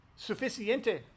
suficiente